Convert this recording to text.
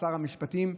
לשר המשפטים,